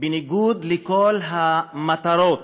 בניגוד לכל המטרות,